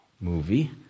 movie